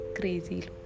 crazy